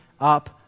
up